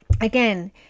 again